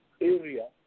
area